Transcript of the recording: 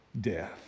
death